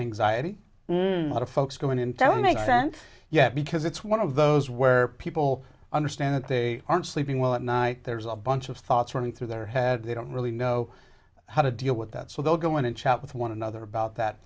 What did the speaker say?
anxiety lot of folks go in and don't make sense yet because it's one of those where people understand that they aren't sleeping well at night there's a bunch of thoughts running through their head they don't really know how to deal with that so they'll go in and chat with one another about that